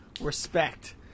respect